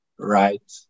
Right